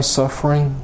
suffering